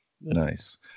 nice